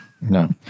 No